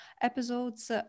episodes